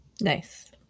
Nice